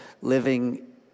living